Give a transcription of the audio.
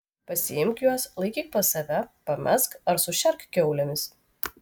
pasiimk juos laikyk pas save pamesk ar sušerk kiaulėmis